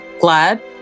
glad